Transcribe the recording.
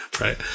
Right